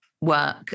work